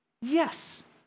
Yes